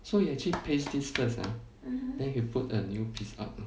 so you you actually paste this first ah then you put a new piece up